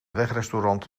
wegrestaurant